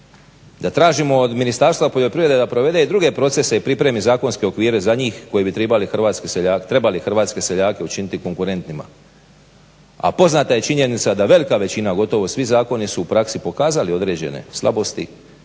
da tražimo o Ministarstva poljoprivrede da provede i druge procese i pripremi zakonske okvire za njih koji bi trebali hrvatske seljake učiniti konkurentnima, a poznata je činjenica da velika većina, gotovo svi zakoni su u praksi pokazali određene slabosti,